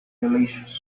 delicious